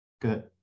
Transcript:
Good